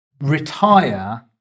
retire